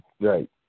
Right